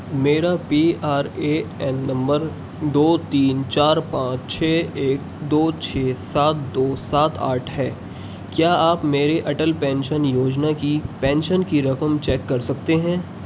میرا P R A N نمبر دو تین چار پانچ چھ ایک دو چھ سات دو سات آٹھ ہے کیا آپ میری اٹل پینشن یوجنا کی پینشن کی رقم چیک کر سکتے ہیں